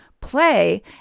play